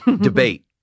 debate